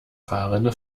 fahrrinne